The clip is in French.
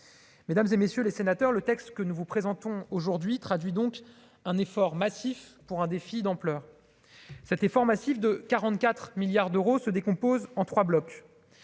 mesdames et messieurs les sénateurs, le texte que nous vous présentons aujourd'hui traduit donc un effort massif pour un défi d'ampleur cet effort massif de 44 milliards d'euros se décompose en 3 blocs